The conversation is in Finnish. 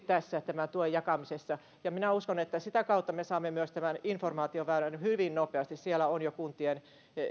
tässä tämän tuen jakamisessa ja minä uskon että sitä kautta me saamme myös tämän informaatioväylän hyvin nopeasti kuntien sivuilla on jo